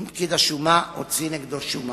אם פקיד השומה הוציא נגדו שומה.